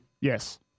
Yes